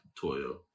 Toyo